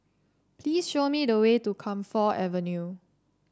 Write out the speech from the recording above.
please show me the way to Camphor Avenue